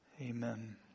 Amen